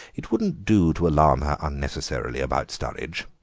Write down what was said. it wouldn't do to alarm her unnecessarily about sturridge.